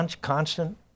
constant